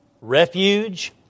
refuge